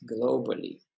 globally